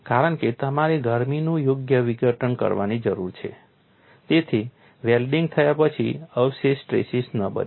કારણ કે તમારે ગરમીનું યોગ્ય વિઘટન કરવાની જરૂર છે જેથી વેલ્ડિંગ થયા પછી અવશેષ સ્ટ્રેસીસ ન બને